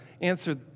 answer